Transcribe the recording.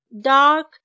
dark